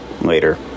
Later